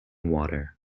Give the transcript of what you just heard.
water